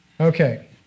Okay